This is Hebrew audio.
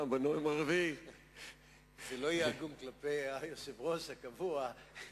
זה לא יהיה הוגן כלפי היושב-ראש הקבוע,